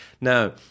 Now